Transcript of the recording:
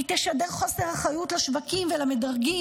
היא תשדר חוסר אחריות לשווקים ולמדרגים.